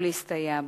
ולהסתייע בה.